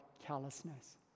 callousness